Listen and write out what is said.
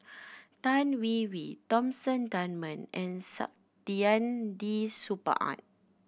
Tan Hwee Hwee Thomas Dunman and Saktiandi Supaat